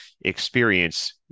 experience